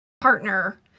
partner